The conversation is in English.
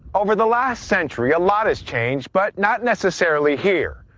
over the last century, a lot has changed but not necessarily here.